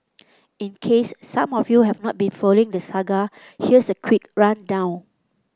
in case some of you haven not been following the saga here's a quick rundown